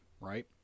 right